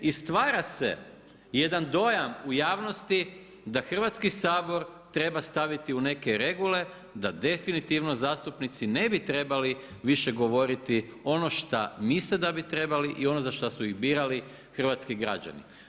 I stvara se jedan dojam u javnosti, da Hrvatski sabor, treba staviti u neke regule, da definitivno, zastupnici ne bi trebali više govoriti ono što misle da bi trebali i ono za što su ih birali hrvatski građani.